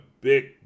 big